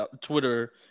Twitter